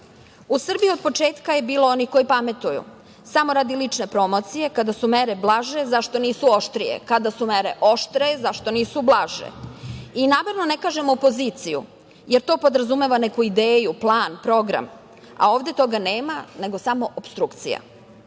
Srbiji od početka je bilo onih koji pametuju samo radi lične promocije kada su mere blaže, zašto nisu oštrije, kada su mere oštre, zašto nisu blaže, i namerno ne kažemo opoziciju, jer to podrazumeva neku ideju, plan, program, a ovde toga nema, nego samo opstrukcija. Izuzetno